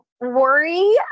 worry